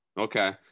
Okay